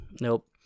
nope